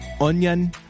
onion